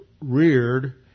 reared